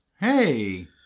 hey